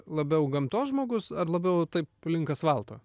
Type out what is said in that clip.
labiau gamtos žmogus ar labiau taip link asfalto